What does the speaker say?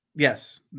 Yes